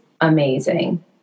amazing